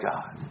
God